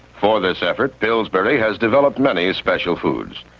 for this effort, pillsbury has developed many special foods.